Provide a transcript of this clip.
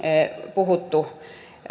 puhuttu